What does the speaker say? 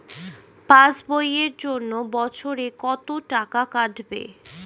Pass বইয়ের জন্য বছরে কত টাকা কাটবে?